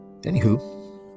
Anywho